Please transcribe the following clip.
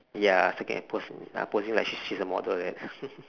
ya striking a pose posing like s~ she's a model like that